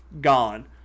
gone